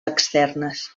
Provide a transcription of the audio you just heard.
externes